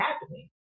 happening